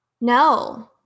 no